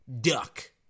Duck